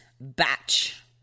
batch